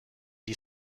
die